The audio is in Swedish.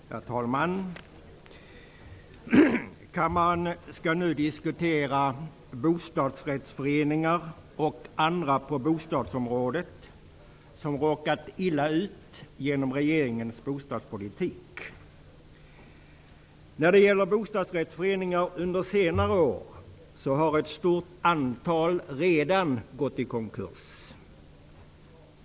Herr talman! Kammaren skall nu diskutera bostadsrättsföreningar och andra som råkat illa ut på bostadsområdet genom regeringens bostadspolitik. Under senare år har ett stort antal bostadsrättsföreningar gått i konkurs.